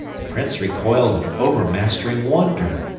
the prince recoiled in overmastering wonder.